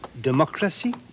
Democracy